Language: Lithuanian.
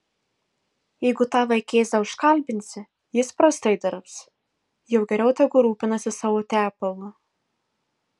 jeigu tą vaikėzą užkalbinsi jis prastai dirbs jau geriau tegu rūpinasi savo tepalu